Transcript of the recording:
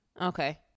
okay